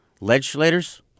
legislators